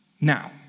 Now